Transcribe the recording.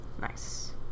Nice